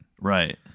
Right